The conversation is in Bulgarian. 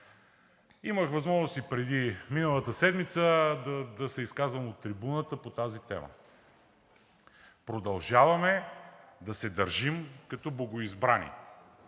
Имах възможност и преди, миналата седмица, да се изказвам от трибуната по тази тема. Продължаваме да се държим като богоизбрани.